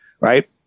Right